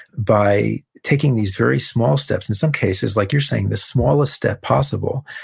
by taking these very small steps, in some cases, like you're saying, the smallest step possible,